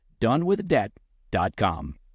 donewithdebt.com